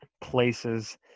places